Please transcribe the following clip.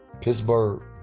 Pittsburgh